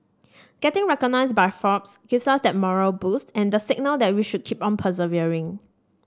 getting recognised by Forbes gives us that morale boost and the signal that we should keep on persevering